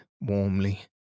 warmly